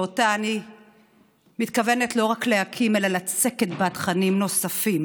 שאותה אני מתכוונת לא רק להקים אלא לצקת בה תכנים נוספים.